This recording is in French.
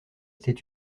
était